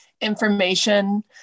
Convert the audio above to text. information